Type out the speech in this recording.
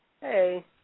Hey